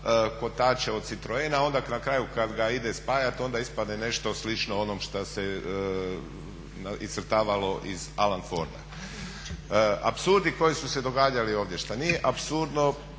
kotače od citroena onda na kraju kada ga ide spajati onda ispadne nešto slično onom što se iscrtavalo iz Alan Forda. Apsurdi koji su se događali ovdje, šta nije apsurdno